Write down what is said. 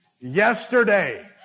Yesterday